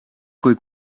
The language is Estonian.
kui